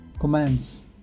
commands